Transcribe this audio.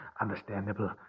understandable